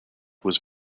was